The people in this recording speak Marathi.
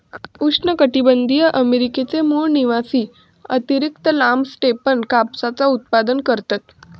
उष्णकटीबंधीय अमेरिकेचे मूळ निवासी अतिरिक्त लांब स्टेपन कापसाचा उत्पादन करतत